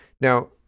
Now